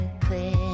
clear